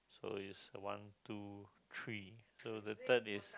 so it's one two three so the third is